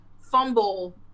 fumble